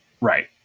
right